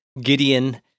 Gideon